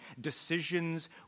decisions